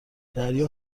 دریا